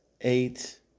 eight